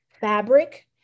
fabric